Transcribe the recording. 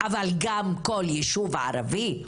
אבל גם כל ישוב ערבי,